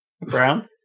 brown